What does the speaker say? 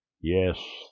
yes